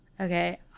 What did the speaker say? Okay